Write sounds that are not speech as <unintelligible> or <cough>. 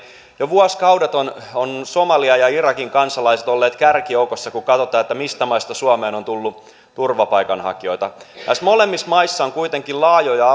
jo vuosikaudet ovat somalian ja irakin kansalaiset olleet kärkijoukossa kun katsotaan mistä maista suomeen on tullut turvapaikanhakijoita näissä molemmissa maissa on kuitenkin laajoja <unintelligible>